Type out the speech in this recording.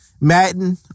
Madden